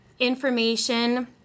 information